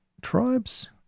Tribes